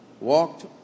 walked